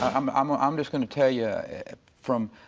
um um ah i'm just going to tell you from.